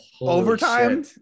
Overtime